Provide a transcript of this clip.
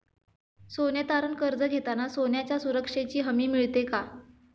सोने तारण कर्ज घेताना सोन्याच्या सुरक्षेची हमी मिळते का?